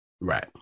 Right